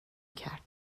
کرد